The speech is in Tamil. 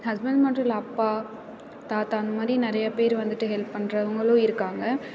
ஹஸ்பண்ட் மட்டும் இல்லை அப்பா தாத்தா அந்த மாதிரி நிறைய பேர் வந்துட்டு ஹெல்ப் பண்ணுறவங்களும் இருக்காங்க